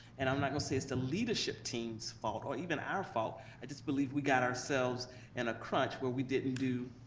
and i'm not gonna say it's the leadership team's fault or even our fault, i just believe we got ourselves in a crunch where we didn't do,